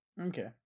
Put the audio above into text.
Okay